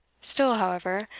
still, however,